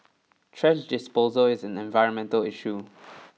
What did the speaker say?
trash disposal is an environmental issue